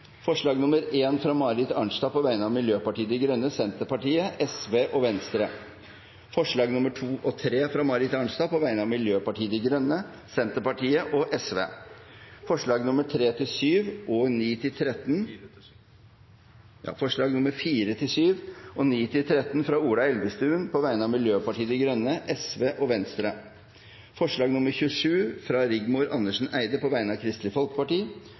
forslag. Det er forslag nr. 1, fra Marit Arnstad på vegne av Miljøpartiet De Grønne, Senterpartiet, Sosialistisk Venstreparti og Venstre forslagene nr. 2 og 3, fra Marit Arnstad på vegne av Miljøpartiet De Grønne, Senterpartiet og Sosialistisk Venstreparti forslagene nr. 4–7 og 9–13, fra Ola Elvestuen på vegne av Miljøpartiet De Grønne, Sosialistisk Venstreparti og Venstre forslag nr. 27, fra Rigmor Andersen Eide på vegne av Kristelig Folkeparti